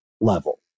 level